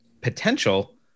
potential